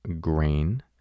GRAIN